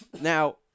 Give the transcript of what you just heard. Now